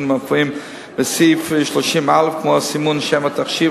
המופעים בסעיף 30(א) כמו הסימון "שם התכשיר",